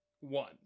one